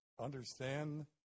understand